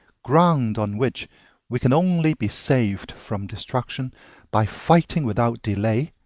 ground on which we can only be saved from destruction by fighting without delay,